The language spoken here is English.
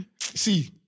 See